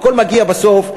הכול מגיע בסוף.